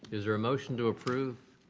is there a motion to approve?